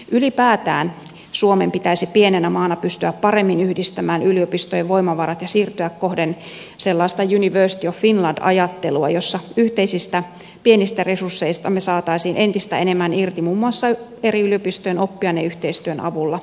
ylipäätään suomen pitäisi pienenä maana pystyä paremmin yhdistämään yliopistojen voimavarat ja siirtyä kohden sellaista university of finland ajattelua jossa yhteisistä pienistä resursseistamme saataisiin entistä enemmän irti muun muassa eri yliopistojen oppiaineyhteistyön avulla